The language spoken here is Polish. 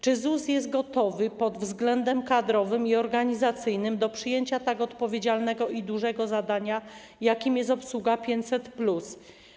Czy ZUS jest gotowy pod względem kadrowym i organizacyjnym do przyjęcia tak odpowiedzialnego i dużego zadania, jakim jest obsługa programu 500+?